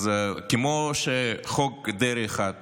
אז כמו שחוק דרעי אחד